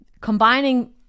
combining